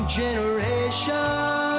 generation